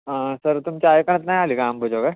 हा सर तुमच्या ऐकण्यात नाही आली का आंबेजोगाई